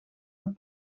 het